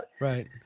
Right